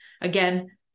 again